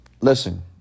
Listen